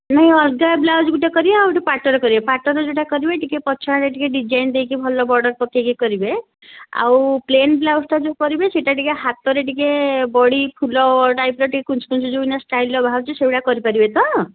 ନାଇଁ ଅଲଗା ବ୍ଲାଉଜ୍ ଗୋଟେ କରିବା ଆଉ ଗୋଟେ ପାଟରେ କରିବା ପାଟର ଯେଉଁଟା କରିବେ ଟିକେ ପଛଆଡ଼େ ଟିକେ ଡିଜାଇନ୍ ଦେଇକି ଭଲ ବର୍ଡ଼ର୍ ପକାଇକି କରିବେ ଆଉ ପ୍ଲେନ୍ ବ୍ଲାଉଜଟା ଯେଉଁ କରିବେ ସେଇଟା ଟିକେ ହାତରେ ଟିକେ ବଡ଼ି ଫୁଲ୍ ଟାଇପର ଟିକେ କୁଞ୍ଚକୁଞ୍ଚ ଯେଉଁ ଏଇନା ଷ୍ଟାଇଲର ବାହାରୁଛି ସେଗୁଡ଼ା କରି ପାରିବେ ତ